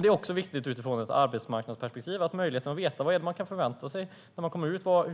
Det är också viktigt utifrån ett arbetsmarknadsperspektiv att veta vad det är man kan förvänta sig av utbildningen och